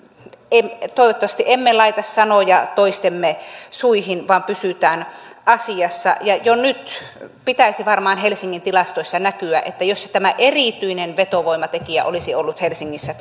toivottavasti emme laita sanoja toistemme suihin vaan pysymme asiassa ja jo nyt pitäisi varmaan helsingin tilastoissa näkyä että jos tämä terveydenhuolto erityinen vetovoimatekijä olisi ollut helsingissä